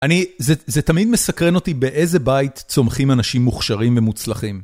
אני, זה תמיד מסקרן אותי באיזה בית צומחים אנשים מוכשרים ומוצלחים.